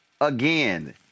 Again